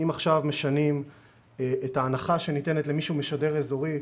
אם עכשיו משנים את ההנחה שניתנת למי שמשדר אזורי,